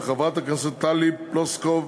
וחברת הכנסת טלי פלוסקוב